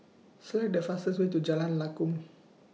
Select The fastest Way to Jalan Lakum